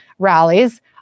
rallies